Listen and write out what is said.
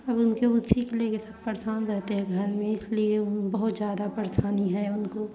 अब उनके उसी के ले कर सब परेशान रहते हैं घर में इसलिए वह बहुत ज़्यादा परेशानी है उनको